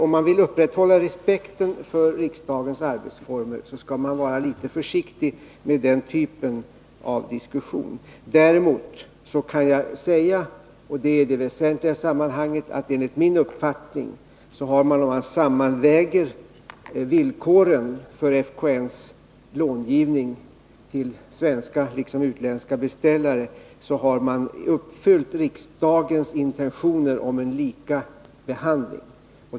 Om man vill upprätthålla respekten för riksdagens arbetsformer, tror jag att man skall vara litet försiktig med den typen av diskussion. Däremot kan jag säga att enligt min uppfattning måste FKN, om man sammanväger villkoren för nämndens långivning till svenska och utländska beställare, bedöms ha uppfyllt riksdagens intentioner om likabehandling.